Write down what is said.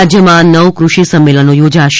રાજ્યમાં નવ કૃષિ સંમેલનો યોજાશે